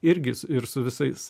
irgi ir su visais